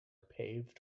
paved